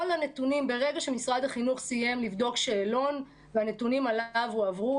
ברגע שמשרד החינוך סיים לבדוק שאלון והנתונים עליו הועברו,